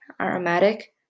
Aromatic